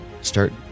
Start